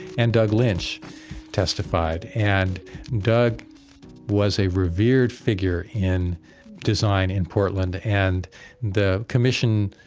and doug lynch testified. and doug was a revered figure in design in portland, and the commission,